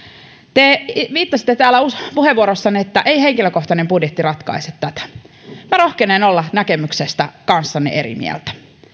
te viittasitte täällä puheenvuorossanne että ei henkilökohtainen budjetti ratkaise tätä vastuuministerinä minä rohkenen olla näkemyksestä kanssanne eri mieltä